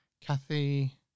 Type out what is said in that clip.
Kathy